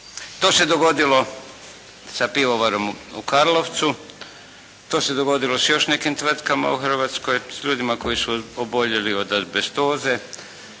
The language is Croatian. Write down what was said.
To se dogodilo sa pivovarom u Karlovcu, to se dogodilo s još nekim tvrtkama u Hrvatskoj, s ljudima koji su oboljeli od azbestoze.